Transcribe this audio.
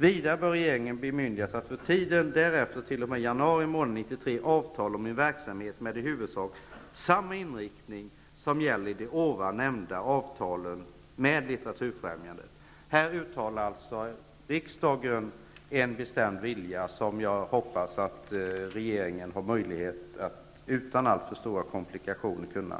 Vidare bör regeringen bemyndigas att för tiden därefter, t.o.m. januari månad 1993, avtala om en verksamhet med i huvudsak samma inriktning som gäller i ovan nämnda avtal med litteraturfrämjandet. Här uttalar alltså riksdagen en bestämd vilja som jag hoppas att regeringen har möjlighet att utan alltför stora komplikationer